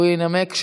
והוא ינמק.